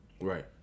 Right